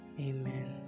Amen